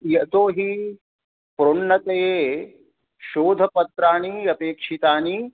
यतोहि प्रोन्नते शोधपत्राणि अपेक्षितानि